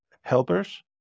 helpers